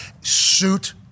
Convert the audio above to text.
suit